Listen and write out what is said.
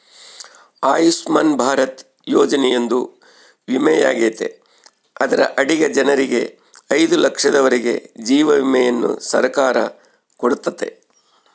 ಆಯುಷ್ಮನ್ ಭಾರತ ಯೋಜನೆಯೊಂದು ವಿಮೆಯಾಗೆತೆ ಅದರ ಅಡಿಗ ಜನರಿಗೆ ಐದು ಲಕ್ಷದವರೆಗೂ ಜೀವ ವಿಮೆಯನ್ನ ಸರ್ಕಾರ ಕೊಡುತ್ತತೆ